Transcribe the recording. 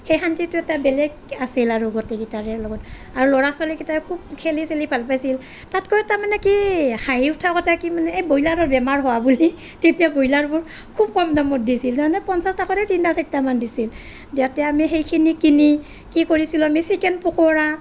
সেই শান্তিটো এটা বেলেগ আছিল আৰু গোটেইকেইটাৰে লগত আৰু ল'ৰা ছোৱালীকেইটাইও খুব খেলি চেলি ভাল পাইছিল তাতকৈ এটা মানে কি হাঁহি উঠা কথা কি মানে এই ব্ৰয়লাৰৰ বেমাৰ হোৱা বুলি তেতিয়া ব্ৰয়লাৰবোৰ খুউব কম দামত দিছিল তাৰমানে পঞ্চাশ টকাতেই তিনিটা চাৰিটামান দিছিল দিয়াতে আমি সেইখিনি কিনি কি কৰিছিলোঁ আমি চিকেন পকৌৰা